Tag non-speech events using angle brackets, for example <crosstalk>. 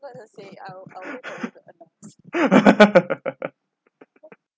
<laughs>